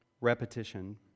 Repetition